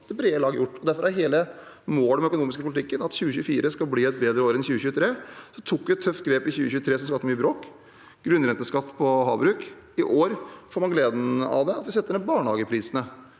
det brede lag gjort, og derfor er målet med den økonomiske politikken at 2024 skal bli et bedre år enn 2023. Vi tok et tøft grep i 2023 som skapte mye bråk: grunnrenteskatt på havbruk. I år får man gleden av det, ved at vi setter ned barnehageprisen